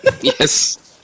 yes